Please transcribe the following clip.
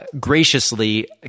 graciously